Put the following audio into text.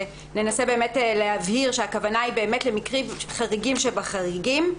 ננסה להבהיר שהכוונה היא למקרים חריגים שבחריגים.